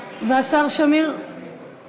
קצבת אזרח ותיק),